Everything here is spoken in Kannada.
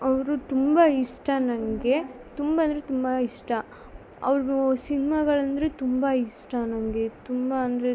ಅವರು ತುಂಬಾ ಇಷ್ಟ ನನಗೆ ತುಂಬ ಅಂದ್ರೆ ತುಂಬ ಇಷ್ಟ ಅವರು ಸಿನ್ಮಾಗಳಂದರೆ ತುಂಬ ಇಷ್ಟ ನನಗೆ ತುಂಬ ಅಂದರೆ